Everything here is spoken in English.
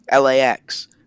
LAX